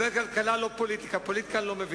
חבר הכנסת פלסנר, ואני גם יודע שמילתך לא קלה,